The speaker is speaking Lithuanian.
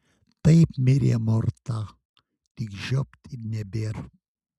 taip mirė morta tik žiopt ir nebėr